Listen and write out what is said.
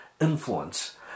influence